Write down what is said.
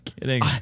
kidding